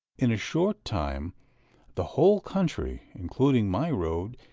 in a short time the whole country, including my road,